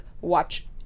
watch